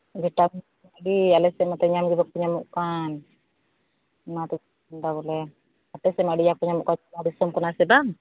ᱜᱚᱴᱟ ᱯᱩᱠᱷᱨᱤ ᱟᱞᱮ ᱥᱮᱫ ᱢᱟᱛᱚ ᱧᱟᱢ ᱜᱮ ᱵᱟᱠᱚ ᱧᱟᱢᱚᱜ ᱠᱟᱱ ᱚᱱᱟᱛᱤᱧ ᱯᱷᱳᱱ ᱮᱫᱟ ᱵᱚᱞᱮ ᱟᱯᱮ ᱥᱮᱫ ᱢᱟ ᱟᱹᱰᱤ ᱟᱸᱴ ᱠᱚ ᱧᱟᱢᱚᱜ ᱠᱟᱱ ᱡᱚᱞᱟ ᱫᱤᱥᱚᱢ ᱠᱟᱱᱟ ᱥᱮ ᱵᱟᱝ